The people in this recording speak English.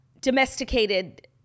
domesticated